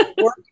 work